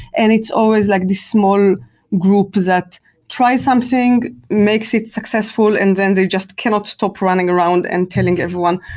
and it's always like the small group that try something, makes it successful and then they just cannot stop running around and telling everyone,